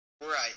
Right